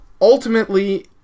ultimately